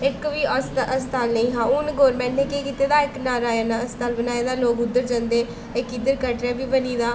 इक बी हस्ता अस्पताल नेईं हा हून गौरमैंट ने केह् कीते दा इक नारायणा अस्पताल बनाए दा लोग उद्धर जंदे इक इद्धर कटरै बी बनी दा